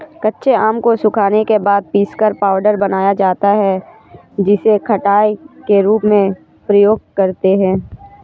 कच्चे आम को सुखाने के बाद पीसकर पाउडर बनाया जाता है जिसे खटाई के रूप में प्रयोग करते है